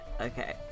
Okay